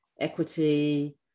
equity